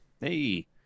hey